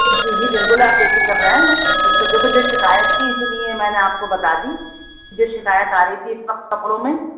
جی جی بالکل آپ بے فکر رہیں بالکل جو کہ شکایت تھی اس لیے میں نے آپ کو بتا دی جو شکایت آ رہی تھی اس وقت کپڑوں میں